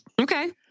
Okay